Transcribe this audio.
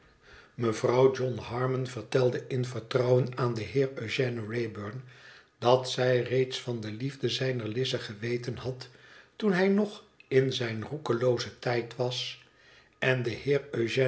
mevrouw john harmon vertelde in vertrouwen aan den heer eugène wraybum dat zij reeds van de liefde zijner lize geweten had toen hij nog in zijn roekeloozen tijd was en de